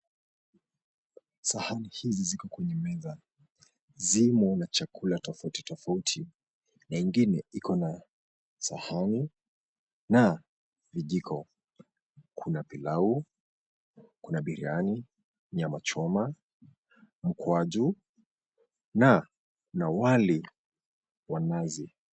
Sahani hizi ziko kwenye meza zimo na chakula tofauti tofauti na ingine iko na sahani na vijiko, kuna pilau, kuna biriani, nyama choma, mkwaju na wali wa nazi.